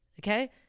okay